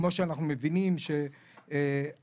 כמו שאנחנו מבינים שהשפה